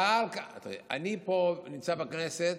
אני נמצא פה בכנסת